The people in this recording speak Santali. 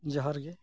ᱡᱚᱦᱟᱨ ᱜᱮ